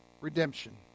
Redemption